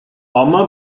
ama